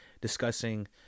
Discussing